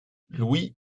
louis